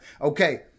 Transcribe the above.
Okay